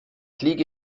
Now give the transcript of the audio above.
liege